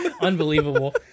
unbelievable